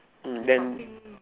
mm then